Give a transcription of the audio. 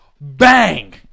bang